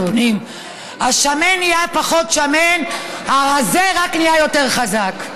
הפנים: השמן נהיה פחות שמן והרזה נהיה רק יותר חזק.